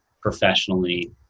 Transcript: professionally